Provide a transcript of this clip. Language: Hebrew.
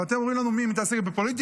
אתם אומרים לנו: מי מתעסק בפוליטיקה?